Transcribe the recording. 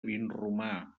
vinromà